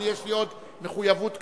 יש לי עוד מחויבות קטנה,